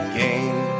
game